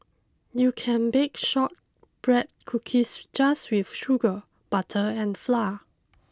you can bake shortbread cookies just with sugar butter and flour